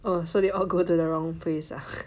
oh so they all go to the wrong place ah